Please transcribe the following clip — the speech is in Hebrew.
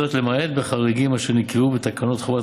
למעט בחריגים אשר נקבעו בתקנות חובת